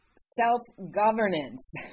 self-governance